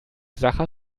sacher